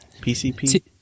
PCP